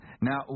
Now